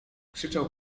krzyczał